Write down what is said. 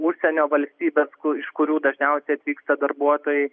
užsienio valstybes iš kurių dažniausiai atvyksta darbuotojai